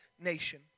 nation